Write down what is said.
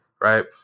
right